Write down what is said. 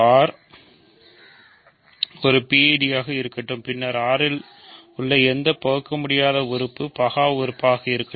R ஒரு PID ஆக இருக்கட்டும் பின்னர் R இல் உள்ள எந்த பகுக்கமுடியாதது உறுப்பு பகா உறுப்பாக இருக்கும்